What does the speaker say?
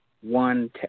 one